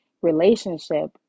relationship